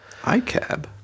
iCab